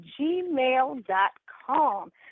gmail.com